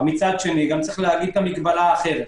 מצד שני, יש לומר את המגבלה האחרת.